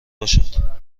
باشد